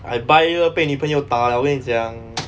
I buy 就要被女朋友打 liao 我跟你讲